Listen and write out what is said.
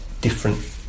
different